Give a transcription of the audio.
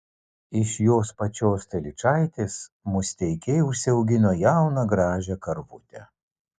iš jos pačios telyčaitės musteikiai užsiaugino jauną gražią karvutę